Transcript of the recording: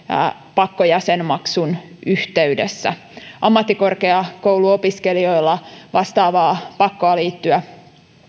pakkojäsenmaksun yhteydessä ammattikorkeakouluopiskelijoilla vastaavaa pakkoa liittyä